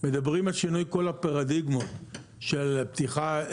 מדברים על שינוי כל הפרדיגמות של הפתיחה,